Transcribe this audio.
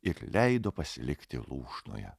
ir leido pasilikti lūšnoje